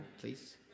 please